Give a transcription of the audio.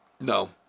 No